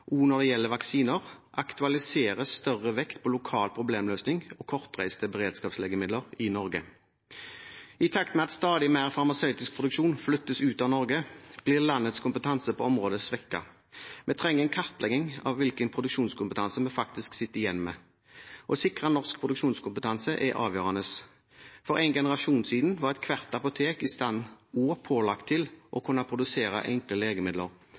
når det gjelder vaksiner, aktualiserer større vekt på lokal problemløsning og kortreiste beredskapslegemidler i Norge. I takt med at stadig mer farmasøytisk produksjon flyttes ut av Norge, blir landets kompetanse på området svekket. Vi trenger en kartlegging av hvilken produksjonskompetanse vi faktisk sitter igjen med. Det å sikre norsk produksjonskompetanse er avgjørende. For en generasjon siden var ethvert apotek i stand til og pålagt å kunne produsere enkle legemidler.